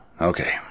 Okay